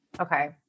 Okay